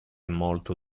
molto